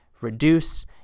reduce